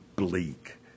bleak